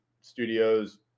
studios